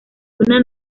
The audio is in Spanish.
una